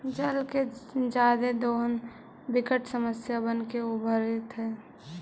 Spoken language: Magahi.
जल के जादे दोहन विकट समस्या बनके उभरित हई